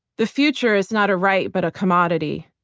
the future is not a right but a commodity.